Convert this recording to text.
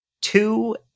two